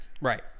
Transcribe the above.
Right